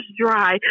dry